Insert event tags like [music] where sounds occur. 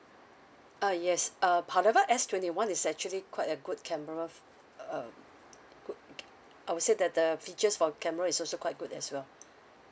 uh yes uh however S twenty one is actually quite a good camera ph~ uh mm good c~ I would say that the features for camera is also quite good as well [breath]